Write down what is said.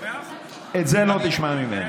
בסדר גמור.